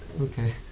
Okay